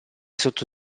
sotto